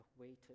waited